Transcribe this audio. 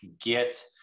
get